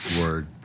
Word